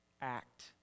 act